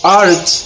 art